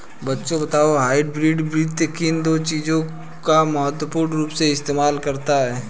बच्चों बताओ हाइब्रिड वित्त किन दो चीजों का पूर्ण रूप से इस्तेमाल करता है?